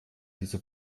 diese